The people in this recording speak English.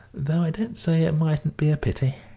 though i don't say it mightn't be a pity.